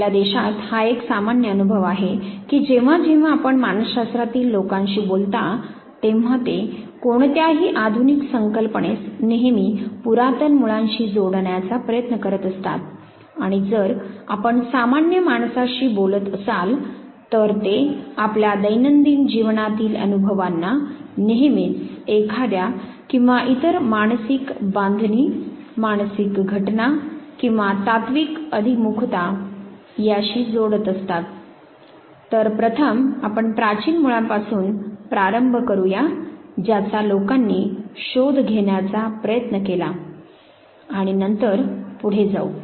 आपल्या देशात हा एक सामान्य अनुभव आहे की जेव्हा जेव्हा आपण मानसशास्त्रातील लोकांशी बोलता तेव्हा ते कोणत्याही आधुनिक संकल्पनेस नेहमी पुरातन मुळांशी जोडण्याचा प्रयत्न करत असतात आणि जर आपण सामान्य माणसाशी बोलत असाल तर ते आपल्या दैनंदिन जीवनातील अनुभवांना नेहमीच एखाद्या किंवा इतर मानसिक बांधणी मानसिक घटना किंवा तात्विक अभिमुखता याशी जोडत असतात तर प्रथम आपण प्राचीन मूळांपासून प्रारंभ करूया ज्याचा लोकांनी शोध घेण्याचा प्रयत्न केला आणि नंतर पुढे जाऊ